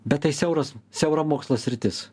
bet tai siauras siaura mokslo sritis